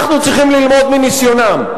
אנחנו צריכים ללמוד מניסיונם.